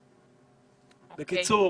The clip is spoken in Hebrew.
בקיצור,